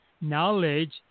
knowledge